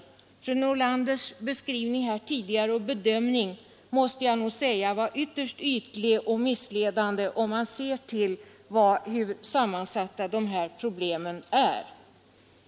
Jag måste säga att fru Nordlanders beskrivning och bedömning tidigare var ytterst ytlig och missledande om man ser till hur sammansatta dessa problem är.